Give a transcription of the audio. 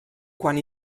quan